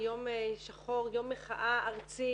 שחור, יום מחאה ארצי